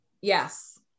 Yes